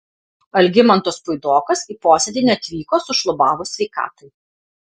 algimantas puidokas į posėdį neatvyko sušlubavus sveikatai